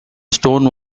stone